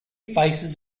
faces